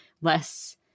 less